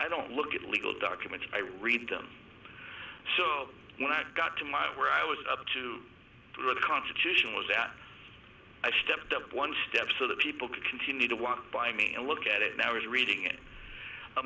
i don't look at legal documents i read them when i got to my where i was up to the constitution was that i stepped up one step so that people could continue to one by me and look at it now really reading